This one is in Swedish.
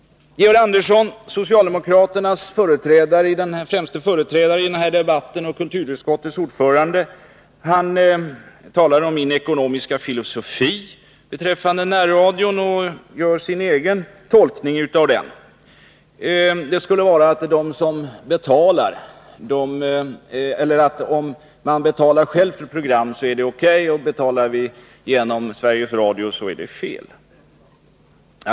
Georg Andersson, socialdemokraternas främste företrädare i denna debatt och kulturutskottets ordförande, talade om min ekonomiska filosofi beträffande närradion och gjorde sin egen tolkning av den: betalar man själv för programmen är det O.K. och betalar man genom Sveriges Radio är det fel.